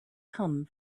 come